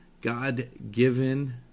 God-given